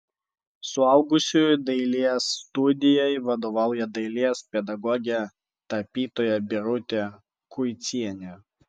suaugusiųjų dailės studijai vadovauja dailės pedagogė tapytoja birutė kuicienė